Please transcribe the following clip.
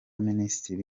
minisitiri